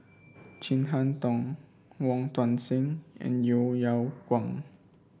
Chin Harn Tong Wong Tuang Seng and Yeo Yeow Kwang